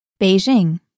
Beijing